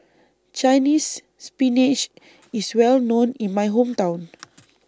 Chinese Spinach IS Well known in My Hometown